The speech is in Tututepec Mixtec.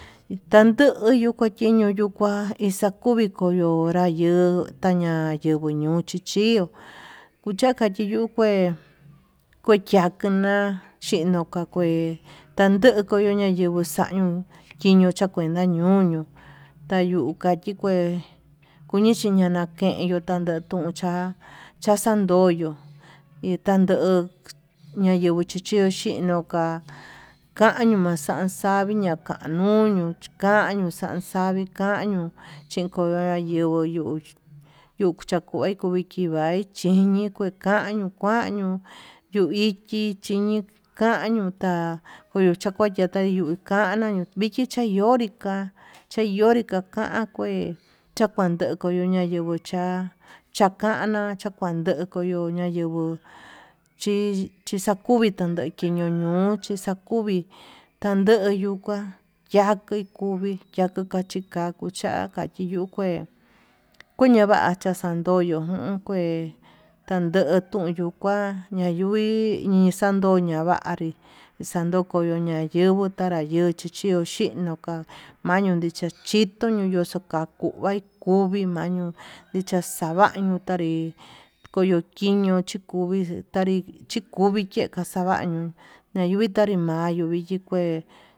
Iatando yuu kakiño yuu kua ixakuvi konro ñayuu, ña'a yunguo nuchi chió yuka kachi yuu kué kuachakana chindo ka'a kué tanduku kuu nayenguo xañio chino chakuenta ñoño, tayuu kachi kué kuyii chinana teyuu kutan toin cha chaxandoyo itando ñayenguo chaxiño ka'a kañuu maxaxañi ñakanuu uñuu kañuu xanxavi nanaño chinkoyo nayenguó, yuu yuchakai chaviki maichi iñi kue kañuu kuan ñuu yuu ichi chí ñikañu ta'a kuachakañata yuu kanu viki chayonri ka'a chañonri kuan kua ke'e chakañonri, cha chakana chakuan ndoyi yuu ñayeguo chi chankuvi kiñoñuchix xakuvi tande yuu kuá takui kuvii tachika kucha takachiyu kué kuñava chin xandoyo uum, kue tando tuyuu kua ñayui nixandoña vanri ixan koyo ñayeguo ta'a ñayexu taña chiño ka'a, mañuu nichachitu nuu yuu yuxukuka mai kuvii maí ñuu nixachavañu ka'a nri komo kiño chikuvi tanri chikuvi yee kaxavaño manritanri mayu hiyikué.